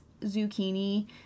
zucchini